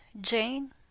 Jane